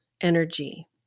energy